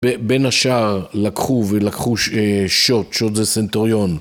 בין השאר לקחו ולקחו שוט, שוט זה סנטוריון.